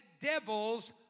devils